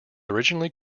originally